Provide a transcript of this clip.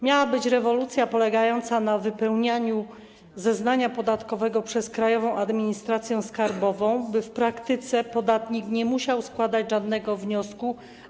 Miała być rewolucja polegająca na wypełnianiu zeznania podatkowego przez Krajową Administrację Skarbową, by w praktyce podatnik nie musiał składać żadnego wniosku.